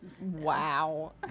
Wow